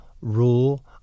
rule